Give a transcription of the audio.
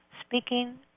speaking